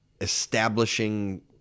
establishing